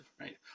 right